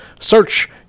search